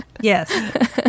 Yes